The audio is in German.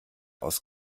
aus